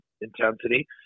intensity